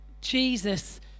Jesus